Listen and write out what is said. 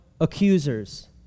accusers